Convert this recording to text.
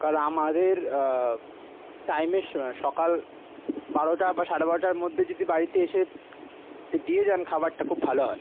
কাল আমাদের টাইমের সকাল বারোটা বা সাড়ে বারোটার মধ্যে যদি বাড়িতে এসে দিয়ে যান খাবারটা খুব ভালো হয়